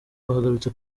bagarutse